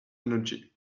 energy